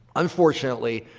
unfortunately,